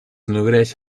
nodreix